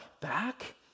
back